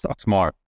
Smart